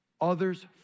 Others